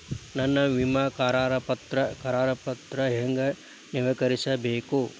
ನನ್ನ ವಿಮಾ ಕರಾರ ಪತ್ರಾ ಹೆಂಗ್ ನವೇಕರಿಸಬೇಕು?